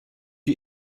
you